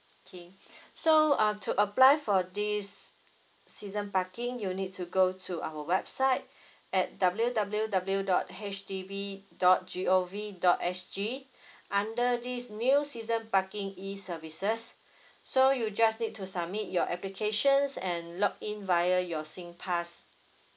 okay so um to apply for this season parking you need to go to our website at W W W dot H D B dot G O V dot S G under this new season parking E services so you just need to submit your applications and log in via your singpass